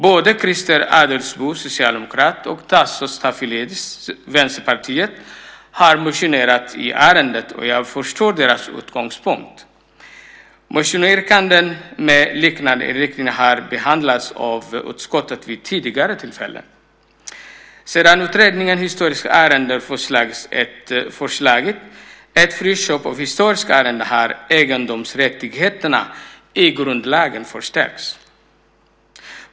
Både Christer Adelsbo, socialdemokrat, och Tasso Stafilidis, Vänsterpartiet, har motionerat i ärendet, och jag förstår deras utgångspunkt. Motionsyrkanden med liknande inriktning har behandlats av utskottet vid tidigare tillfällen. Sedan det i utredningen Historiska arrenden föreslagits ett friköp av historiska arrenden har egendomsrättigheterna i grundlagen förstärkts.